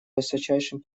высочайшим